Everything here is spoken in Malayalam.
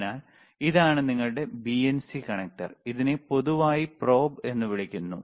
അതിനാൽ ഇതാണ് നിങ്ങളുടെ BNC കണക്റ്റർ ഇതിനെ പൊതുവായി probe എന്നും വിളിക്കുന്നു